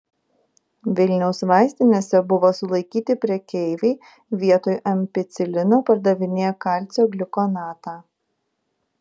vilniaus vaistinėse buvo sulaikyti prekeiviai vietoj ampicilino pardavinėję kalcio gliukonatą